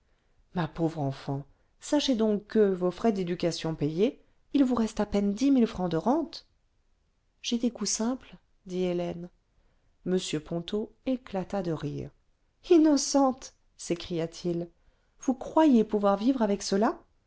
ma pauvre enfant sachez donc que vos frais d'éducation payés il vous veste à peine dix mille francs de rente j'ai des goûts simples dit hélène m ponto éclata de rire innocente s'écria-t-il vous croyez pouvoir vivre avec cela